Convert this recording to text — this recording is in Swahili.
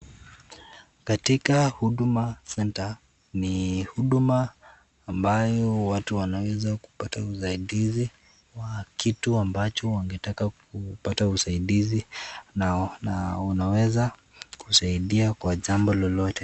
Katika huduma centre ni huduma ambayo watu wanaweza kupata usaidizi wa kitu ambacho wangetaka kupata usaidizi na unaweza kusaidia kwa jambo lolote.